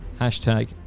hashtag